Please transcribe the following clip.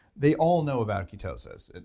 they all know about ketosis.